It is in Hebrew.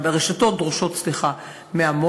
שהרשתות דורשות מהמו"לים.